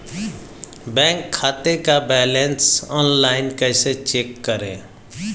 Bank खाते का balance online कैसे चेक करें?